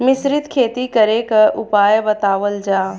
मिश्रित खेती करे क उपाय बतावल जा?